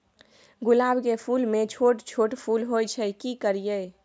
गुलाब के फूल में छोट छोट फूल होय छै की करियै?